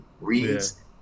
reads